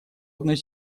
одной